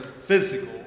physical